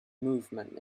movement